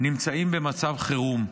נמצאים במצב חירום.